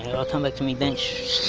and oh come back to me bench.